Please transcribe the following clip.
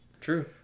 True